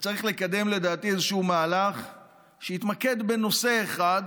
שצריך לקדם, לדעתי, איזשהו מהלך שיתמקד בנושא אחד,